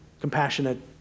compassionate